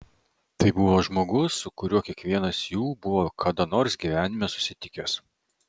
tai buvo žmogus su kuriuo kiekvienas jų buvo kada nors gyvenime susitikęs